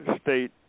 state